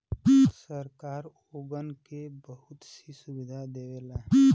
सरकार ओगन के बहुत सी सुविधा देवला